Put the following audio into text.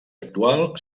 actual